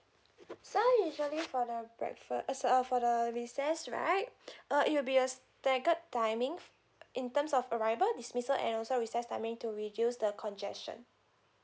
so usually for the breakfast err sor~ err for the the recess right err it will be a staggered timing in terms of arrival dismissal and also recess timing to reduce the congestion